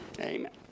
Amen